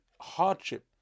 hardship